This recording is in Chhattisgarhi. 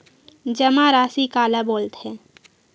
जमा राशि काला बोलथे?